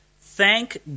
thank